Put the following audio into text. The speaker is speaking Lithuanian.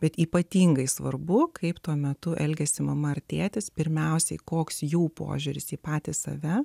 bet ypatingai svarbu kaip tuo metu elgiasi mama ar tėtis pirmiausiai koks jų požiūris į patį save